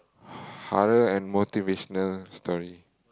horror and motivational story